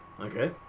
Okay